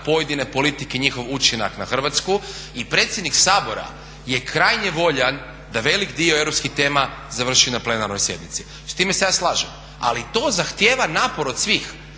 pojedine politike i njihov učinak na Hrvatsku i predsjednik Sabora je krajnje voljan da velik dio europskih tema završi na plenarnoj sjednici, s time se ja slažem. Ali to zahtijeva napor od svih.